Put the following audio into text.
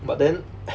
but then